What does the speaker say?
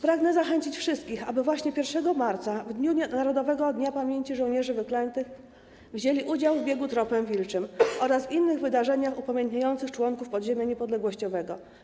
Pragnę zachęcić wszystkich, aby właśnie 1 marca, w Narodowym Dniu Pamięci „Żołnierzy Wyklętych”, wzięli udział w biegu Tropem Wilczym oraz w innych wydarzeniach upamiętniających członków podziemia niepodległościowego.